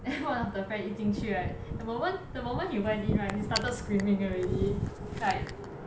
then one of the friend 一进去 right the moment the moment he went in right he started screaming already like